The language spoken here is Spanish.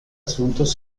asuntos